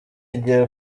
igihe